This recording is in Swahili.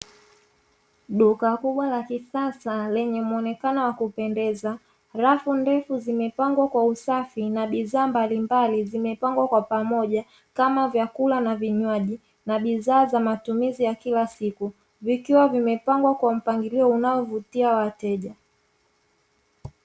Duka kubwa la kisasa lenye muonekano wa kupendeza rafu ndefu, zimepangwa kwa usafi na bidhaa mbalimbali zimepangwa kwa pamoja, kama vyakula na vinywaji na bidhaa za matumizi ya kila siku, vikiwa vimepangwa kwa mpangilio unaovutia wateja.